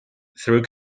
through